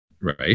right